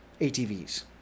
ATVs